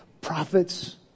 Prophets